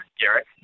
Garrett